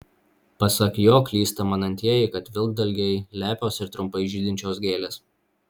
pasak jo klysta manantieji kad vilkdalgiai lepios ir trumpai žydinčios gėlės